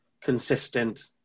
consistent